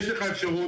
יש לך אפשרות.